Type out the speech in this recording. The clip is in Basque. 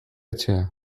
etxea